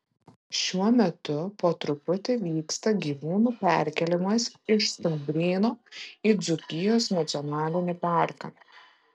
šiuo metu po truputį vyksta gyvūnų perkėlimas iš stumbryno į dzūkijos nacionalinį parką